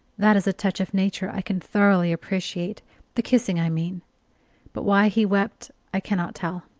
that is a touch of nature i can thoroughly appreciate the kissing, i mean but why he wept i cannot tell,